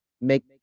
make